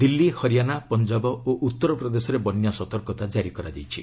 ଦିଲ୍ଲୀ ହରିଆଣା ପଞ୍ଜାବ ଓ ଉତ୍ତରପ୍ରଦେଶରେ ବନ୍ୟା ସତର୍କତା ଜାରି କରାଯାଇଛି